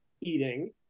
eating